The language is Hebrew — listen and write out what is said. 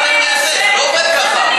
זה לא עובד ככה.